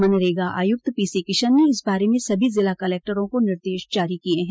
मनरेगा आयुक्त पीसी किशन ने इस बारे में सभी ज़िला कलेक्टरों को निर्देश जारी किये हैं